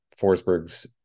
Forsberg's